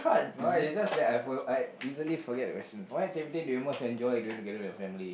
why it's just that I for~ I easily forget the question what activity do you most enjoy doing together with your family